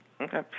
Okay